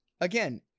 Again